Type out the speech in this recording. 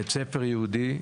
בית ספר יהודי,